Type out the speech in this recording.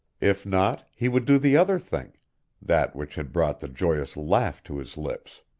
if not he would do the other thing that which had brought the joyous laugh to his lips.